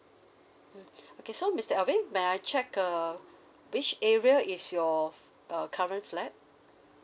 mm okay so mister alvin may I check uh which area is your f~ uh current flat